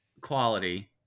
quality